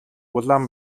улаан